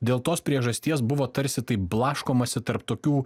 dėl tos priežasties buvo tarsi taip blaškomasi tarp tokių